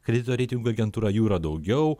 kredito reitingų agentūra jų yra daugiau